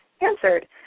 answered